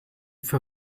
für